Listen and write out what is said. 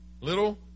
little